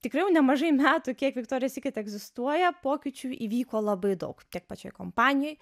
tikrai jau nemažai metų kiek viktorija sykret egzistuoja pokyčių įvyko labai daug tiek pačioj kompanijoj